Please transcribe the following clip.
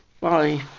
Bye